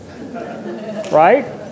right